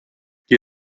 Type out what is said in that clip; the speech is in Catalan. qui